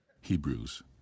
Hebrews